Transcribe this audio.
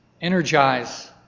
energize